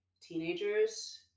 teenagers